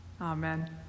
amen